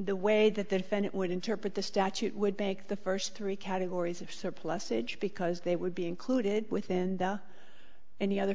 the way that the defendant would interpret the statute would make the first three categories of surplusage because they would be included within the any other